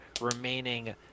remaining